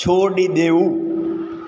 છોડી દેવું